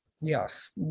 Yes